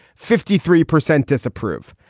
fifty three percent disapprove.